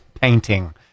painting